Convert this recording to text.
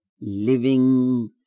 living